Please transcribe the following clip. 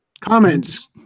Comments